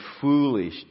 foolish